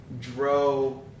Dro